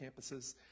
campuses